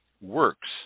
works